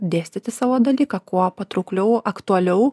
dėstyti savo dalyką kuo patraukliau aktualiau